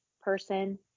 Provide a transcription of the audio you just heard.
person